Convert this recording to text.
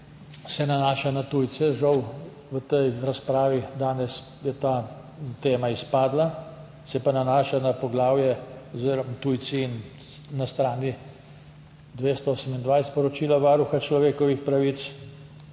se nanaša na tujce. Žal je v tej razpravi danes ta tema izpadla, se pa nanaša na poglavje oziroma Tujci na strani 228 poročila Varuha človekovih pravic.